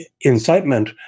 incitement